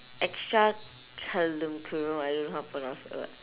extracurricula~ I don't know how to pronounce that word